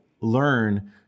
learn